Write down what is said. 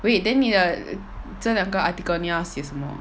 wait then 你的这两个 article 你要写什么